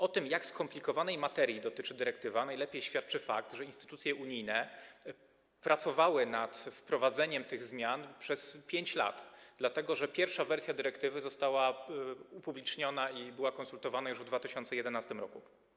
O tym, jak skomplikowanej materii dotyczy dyrektywa, najlepiej świadczy fakt, że instytucje unijne pracowały nad wprowadzeniem tych zmian przez 5 lat, dlatego że pierwsza wersja dyrektywy została upubliczniona i była konsultowana już w 2011 r.